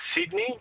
Sydney